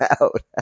out